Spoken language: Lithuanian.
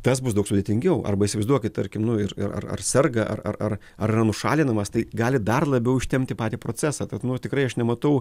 tas bus daug sudėtingiau arba įsivaizduokit tarkim nu ir ir ar ar serga ar ar ar ar yra nušalinamas tai gali dar labiau užtempti patį procesą tad nu tikrai aš nematau